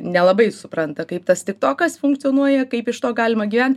nelabai supranta kaip tas tiktokas funkcionuoja kaip iš to galima gyvent